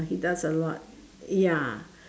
he does a lot ya